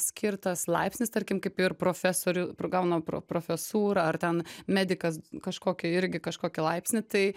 skirtas laipsnis tarkim kaip ir profesorių pr pagauna pro profesūrą ar ten medikas kažkokią irgi kažkokį laipsnį tai